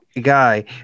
guy